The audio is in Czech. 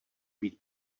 být